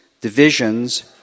divisions